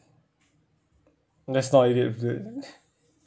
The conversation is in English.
That's not